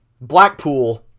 Blackpool